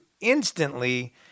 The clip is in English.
instantly